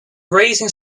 raising